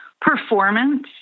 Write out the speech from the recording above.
performance